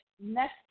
next